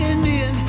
Indian